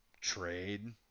trade